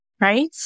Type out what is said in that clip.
right